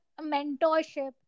mentorship